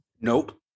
Nope